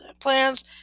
plans